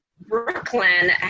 Brooklyn